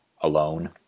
alone